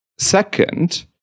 second